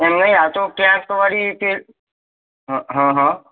એમ નહીં આ તો ક્યાંક તો વળી તે હં હં